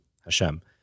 Hashem